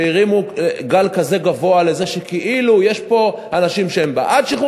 שהרימו גל כזה גבוה על זה שכאילו יש פה אנשים שהם בעד שחרור